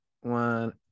one